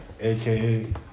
aka